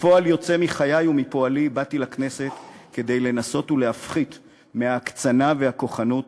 כפועל יוצא מחיי ומפועלי באתי לכנסת כדי לנסות ולהפחית מההקצנה והכוחנות